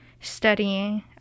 studying